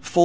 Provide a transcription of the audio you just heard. full